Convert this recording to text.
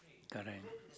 correct